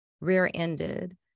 rear-ended